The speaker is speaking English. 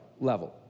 level